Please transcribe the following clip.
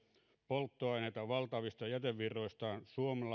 polttoaineita valtavista jätevirroistaan